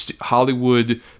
Hollywood